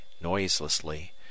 noiselessly